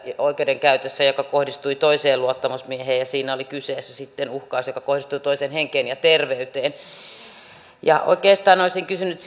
oikeudenkäytössä joka kohdistui toiseen luottamusmieheen ja siinä oli kyseessä sitten uhkaus joka kohdistui toisen henkeen ja terveyteen oikeastaan olisin kysynyt